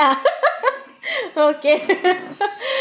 ah okay